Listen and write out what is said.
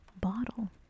bottle